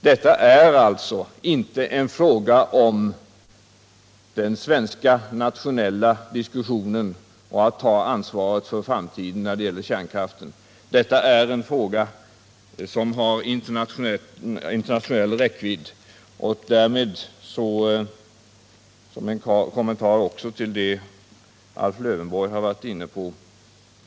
Detta är alltså inte bara en svensk diskussion om att ta ansvar för framtiden när det gäller kärnkraften. Nej, det är en fråga som har internationell räckvidd. Jag säger detta som en kommentar också till det Alf Lövenborg var inne på.